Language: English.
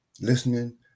listening